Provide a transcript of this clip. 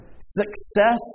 success